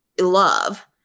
love